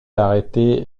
arrêter